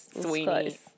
Sweeney